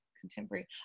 contemporary